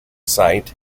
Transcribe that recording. site